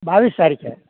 બાવીસ તારીખે